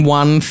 one